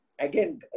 again